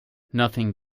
nothing